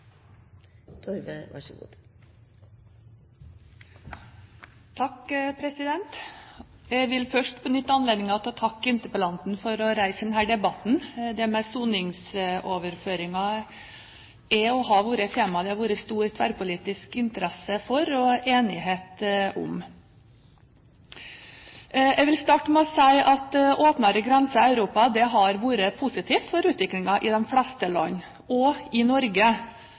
vært et tema det har vært stor tverrpolitisk interesse for og enighet om. Jeg vil starte med å si at åpnere grenser i Europa har vært positivt for utviklingen i de fleste land – også i Norge.